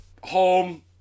home